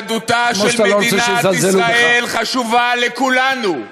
יהדותה של מדינת ישראל חשובה לכולנו,